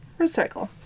recycle